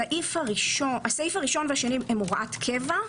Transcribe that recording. הסעיף הראשון והשני הם הוראת קבע.